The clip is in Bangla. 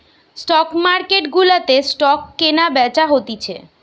স্টক মার্কেট গুলাতে স্টক কেনা বেচা হতিছে